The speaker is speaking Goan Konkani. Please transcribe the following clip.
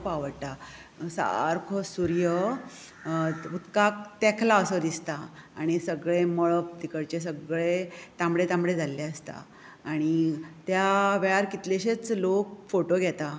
खूब आवडटा सारको सूर्य उदकाक तेंकलां असो दिसता आनी सगळें मळब तिकडचे सगळें तांबडें तांबडें जाल्लें आसता आनी त्या वेळार कितलेशेच लोक फोटो घेतात